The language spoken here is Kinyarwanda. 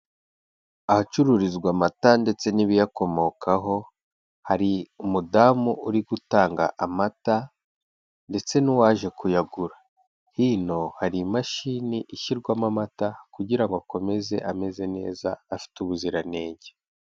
Ahacururizwa amata ndetse n'ibiyakomokaho hari umudamu uri gutanga amata ndetse n'uwaje kuyagura, hino hari imashini ishyirwamo amata kugira ngo akomeze ameze neza afite ubuziranenge.